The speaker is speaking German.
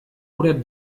oder